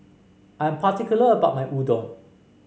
I'm particular about my Udon